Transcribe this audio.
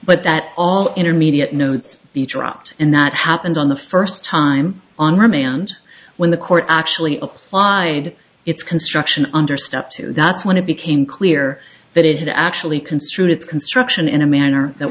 but that all intermediate notes be dropped and that happened on the first time on remand when the court actually applied its construction under step two that's when it became clear that it had actually construed its construction in a manner that